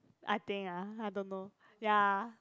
I think ah I don't know ya